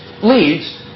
leads